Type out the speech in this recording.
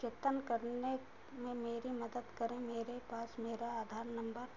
अद्यतन करने में मेरी मदद करें मेरे पास मेरा आधार नंबर